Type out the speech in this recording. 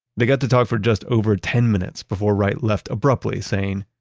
they got to talk for just over ten minutes, before right left abruptly saying,